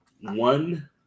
one